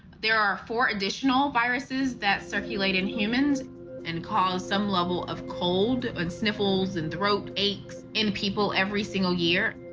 there are four additional viruses that circulate in humans and cause some level of cold and sniffles and throat aches in people every single year.